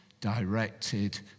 directed